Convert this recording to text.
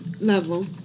level